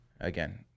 again